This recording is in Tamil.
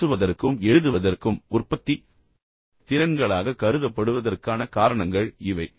இப்போது பேசுவதற்கும் எழுதுவதற்கும் உற்பத்தி திறன்களாக கருதப்படுவதற்கான காரணங்கள் இவை